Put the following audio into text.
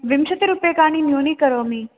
विंशतिः रूप्यकाणि न्यूनीकरोमि